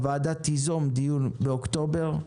הוועדה תיזום דיון באוקטובר,